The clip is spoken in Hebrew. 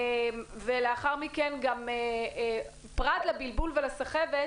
ולאחר מכן פרט לבלבול ולסחבת,